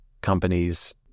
companies